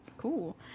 Cool